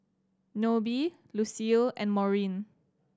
Nobie Lucile and Maureen